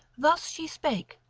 thus she spake,